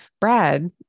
Brad